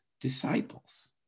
disciples